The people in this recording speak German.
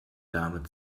dame